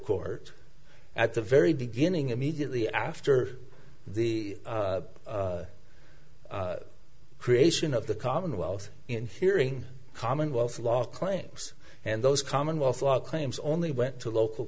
court at the very beginning immediately after the creation of the commonwealth in hearing commonwealth law claims and those commonwealth law claims only went to local